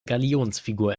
galionsfigur